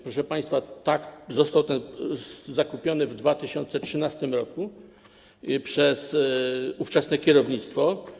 Proszę państwa, został on zakupiony w 2013 r. przez ówczesne kierownictwo.